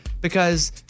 because-